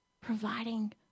providing